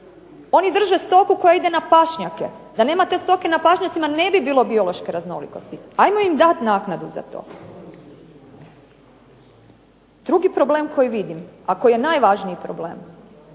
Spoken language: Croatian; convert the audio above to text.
Oni drže stoku koja ide na pašnjake. Da nema te stoke na pašnjacima ne bi bilo biološke raznolikosti. Ajmo im dati naknadu za to. Drugi problem koji vidim, a koji je najvažniji problem,